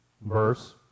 verse